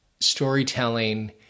storytelling